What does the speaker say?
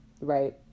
right